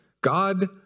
God